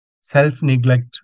Self-neglect